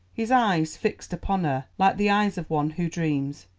his eyes fixed upon her like the eyes of one who dreams,